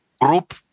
group